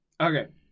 Okay